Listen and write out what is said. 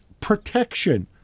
protection